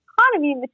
economy